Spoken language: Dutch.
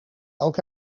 elk